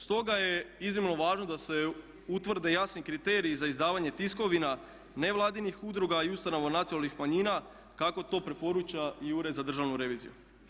Stoga je iznimno važno da se utvrde jasni kriteriji za izdavanje tiskovina nevladinih udruga i ustanova nacionalnih manjina kako to preporuča i Ured za državnu reviziju.